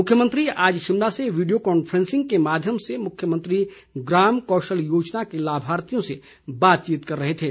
मुख्यमंत्री आज शिमला से वीडियो कॉन्फ्रेंसिंग के माध्यम से मुख्यमंत्री ग्राम कौशल योजना के लाभार्थियों से बातचीत कर रहे थे